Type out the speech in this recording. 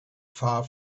far